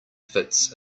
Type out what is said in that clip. fits